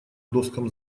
доскам